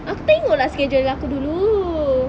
aku tengok lah schedule aku dulu